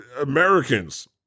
Americans